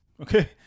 Okay